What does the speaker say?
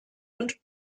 und